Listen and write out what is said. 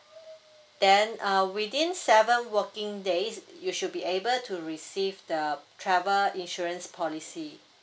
then uh within seven working days you should be able to receive the travel insurance policy